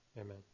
Amen